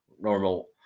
normal